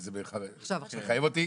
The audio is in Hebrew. וזה מחייב אותי,